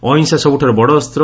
ଅହିଂସା ସବୁଠାରୁ ବଡ଼ ଅସ୍ଚ